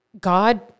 God